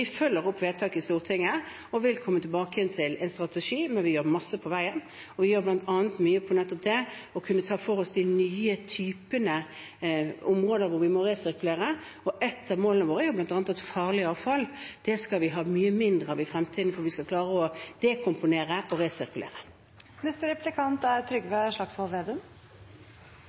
følger opp vedtaket i Stortinget og vil komme tilbake igjen til en strategi. Men vi jobber masse på veien. Vi jobber bl.a. mye nettopp med å kunne ta for oss de nye områdene hvor vi må resirkulere, og et av målene våre er bl.a. at farlig avfall skal vi ha mye mindre av i fremtiden, for vi skal klare å dekomponere og resirkulere. Trygve Slagsvold Vedum